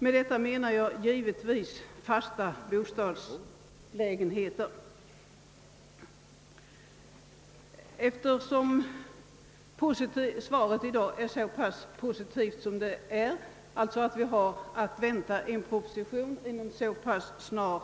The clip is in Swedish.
Jag avser därmed givetvis de fasta bostadslägenheter, som i övrigt berörs av ensittarlagen. Eftersom svaret i dag är positivt — att vi har att vänta en proposition inom så pass snar